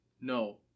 No